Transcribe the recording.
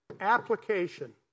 Application